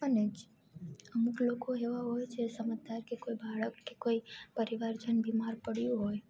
અને જ અમુક લોકો એવા હોય છે સમજદાર કે કોઈ બાળક કે કોઈ પરિવારજન બીમાર પળ્યો હોય